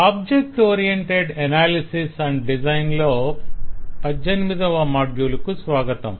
object oriented analysis and design లో 18వ module కు స్వాగతం